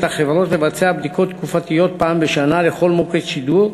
החברות לבצע בדיקות תקופתיות פעם בשנה בכל מוקד שידור.